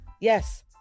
Yes